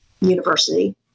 University